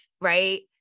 right